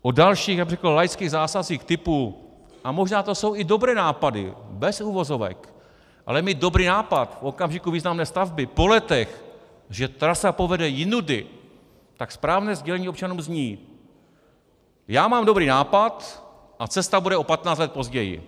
O dalších, řekl bych laických zásazích typu a možná to jsou i dobré nápady, bez uvozovek, ale mít dobrý nápad v okamžiku významné stavby po letech, že trasa povede jinudy, tak správné sdělení občanům zní: Já mám dobrý nápad a cesta bude o 15 let později.